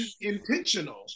Intentional